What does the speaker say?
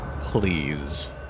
please